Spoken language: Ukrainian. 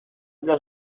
для